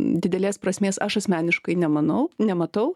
didelės prasmės aš asmeniškai nemanau nematau